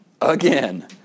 again